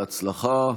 בהצלחה.